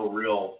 real